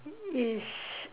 is